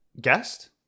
Guest